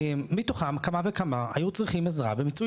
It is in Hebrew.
מתוכם כמה וכמה היו צריכים עזרה במיצוי